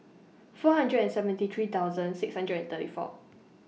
four hundred and seventy three thousand six hundred and thirty four